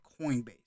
Coinbase